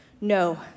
No